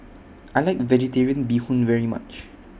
I like Vegetarian Bee Hoon very much